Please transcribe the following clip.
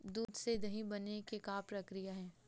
दूध से दही बने के का प्रक्रिया हे?